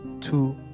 two